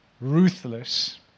ruthless